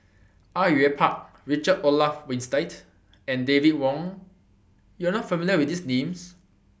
Au Yue Pak Richard Olaf Winstedt and David Wong YOU Are not familiar with These Names